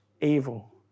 evil